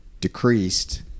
decreased